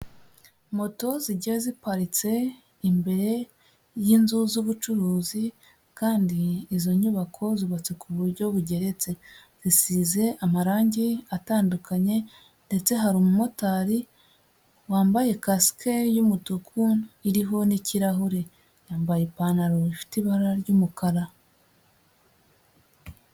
Moto zigiye ziparitse imbere y'inzu z'ubucuruzi kandi izo nyubako zubatswe ku buryo bugeretse. Zisize amarangi atandukanye ndetse hari umumotari wambaye kasike y'umutuku iriho n'ikirahure yambaye ipantaro ifite ibara ry'umukara.